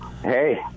Hey